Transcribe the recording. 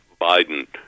Biden